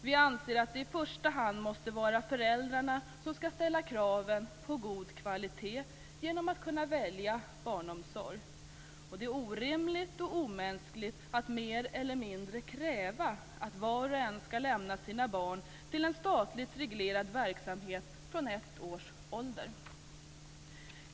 Vi anser att det i första hand måste vara föräldrarna som skall ställa kraven på god kvalitet genom att kunna välja barnomsorg. Det är orimligt och omänskligt att mer eller mindre kräva att var och en skall lämna sina barn till en statligt reglerad verksamhet från ett års ålder.